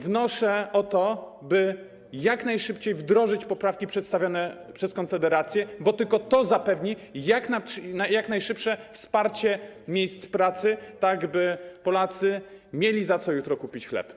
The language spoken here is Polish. Wnoszę o to, by jak najszybciej wdrożyć poprawki przedstawione przez Konfederację, bo tylko to zapewni jak najszybsze wsparcie miejsc pracy tak, by Polacy mieli za co jutro kupić chleb.